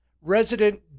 resident